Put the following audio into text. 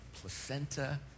placenta